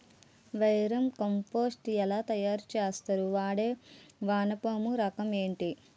Vermi compost ఎలా తయారు చేస్తారు? వాడే వానపము రకం ఏంటి?